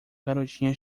garotinha